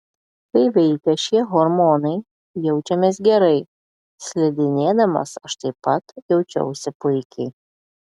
kai veikia šie hormonai jaučiamės gerai slidinėdamas aš taip pat jaučiausi puikiai